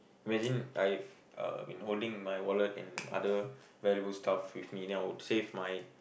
imagine I've uh been holding my wallet and other valuable stuff with me then I would save my